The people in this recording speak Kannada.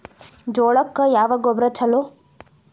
ಜೋಳಕ್ಕ ಯಾವ ಗೊಬ್ಬರ ಛಲೋ?